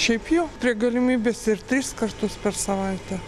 šiaip jo prie galimybės ir tris kartus per savaitę